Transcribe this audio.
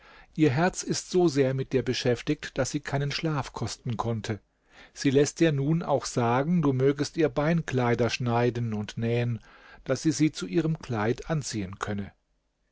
ihr herz ist so sehr mit dir beschäftigt daß sie keinen schlaf kosten konnte sie läßt dir nun auch sagen du mögest ihr beinkleider schneiden und nähen daß sie sie zu ihrem kleid anziehen könne